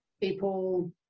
people